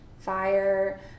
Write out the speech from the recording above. fire